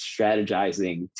strategizing